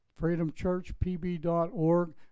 FreedomChurchPB.org